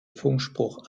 funkspruch